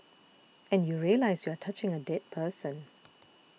and you realise you are touching a dead person